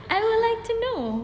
I would like to know